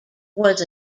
was